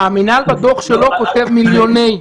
--- המינהל בדוח שלו כותב מיליוני,